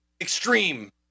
extreme